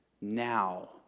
now